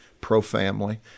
pro-family